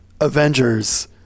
Avengers